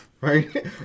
right